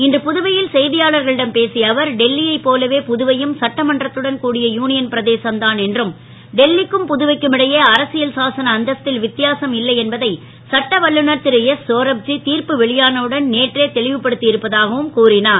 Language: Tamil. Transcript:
இன்று புதுவை ல் செ யாளர்களிடம் பேசிய அவர் டெல்லியைப் போலவே புதுவையும் சட்டமன்றத்துடன் கூடிய யூ யன் பிரதேசம் தான் என்றும் டெல்லிக்கும் புதுவைக்கும் இடையே அரசியல் சாசன அந்தஸ் ல் வித் யாசம் இல்லை என்பதை சட்ட வல்லுனர் ரு எஸ் சோரப்ஜி தீர்ப்பு வெளியானவுடன் நேற்றே தெளிவுபடுத் இருப்பதாகவும் கூறினார்